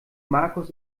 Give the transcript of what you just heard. markus